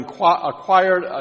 acquired